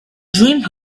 dream